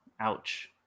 Ouch